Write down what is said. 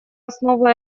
основу